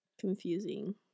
confusing